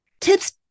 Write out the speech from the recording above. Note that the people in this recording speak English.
Tips